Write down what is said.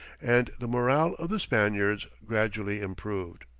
and the morale of the spaniards gradually improved.